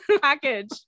package